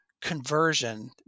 conversion